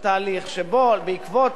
תהליך שבו בעקבות